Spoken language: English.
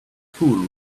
cool